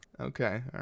Okay